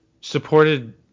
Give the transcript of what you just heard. supported